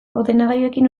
ordenagailuekin